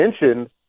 mentioned